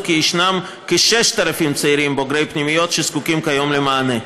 כי יש כ-6,000 צעירים בוגרי פנימיות שזקוקים כיום למענה.